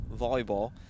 volleyball